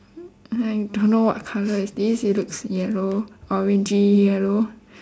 I don't know what colour is this it looks yellow orangey yellow